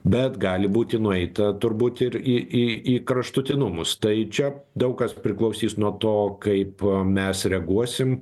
bet gali būti nueita turbūt ir į į į kraštutinumus tai čia daug kas priklausys nuo to kaip mes reaguosim